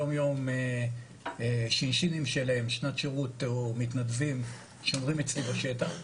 יום יום שנת שירות שלהם או מתנדבים שומרים אצלי בשטח.